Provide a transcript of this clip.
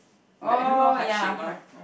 n~ I don't know heart shape ah